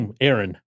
Aaron